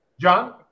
John